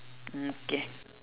hmm okay